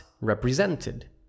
represented